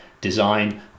design